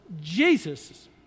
Jesus